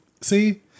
see